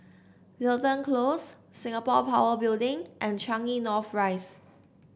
Wilton Close Singapore Power Building and Changi North Rise